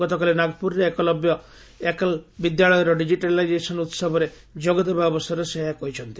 ଗତକାଲି ନାଗପ୍ରରେ ଏକଲବ୍ୟ ଏକଲ ବିଦ୍ୟାଳୟର ଡିଜିଟାଇଲାଇଜେସନ୍ ଉତ୍ସବରେ ଯୋଗ ଦେବା ଅବସରରେ ସେ ଏହା କହିଛନ୍ତି